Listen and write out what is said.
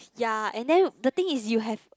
yea and then the thing is you have